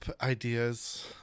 ideas